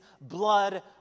blood